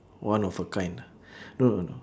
one of a kind ah no no no